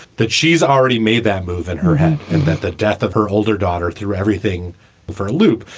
that she's already made that move in her head and that the death of her older daughter threw everything for a loop.